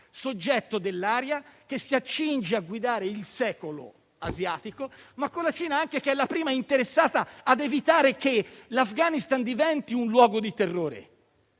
soggetto dell'area e si accinge a guidare il secolo asiatico, ma che è anche la prima interessata a evitare che l'Afghanistan diventi un luogo di terrore.